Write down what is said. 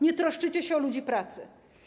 Nie troszczycie się o ludzi pracy.